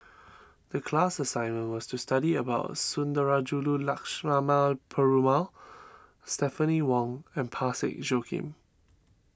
the class assignment was to study about Sundarajulu Lakshmana Perumal Stephanie Wong and Parsick Joaquim